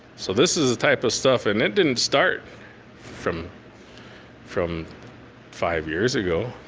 so this is the type of stuff and it didn't start from from five years ago.